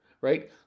right